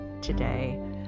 today